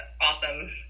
awesome